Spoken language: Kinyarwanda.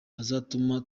azatuma